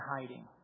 hiding